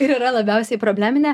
ir yra labiausiai probleminė